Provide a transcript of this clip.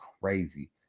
crazy